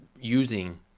using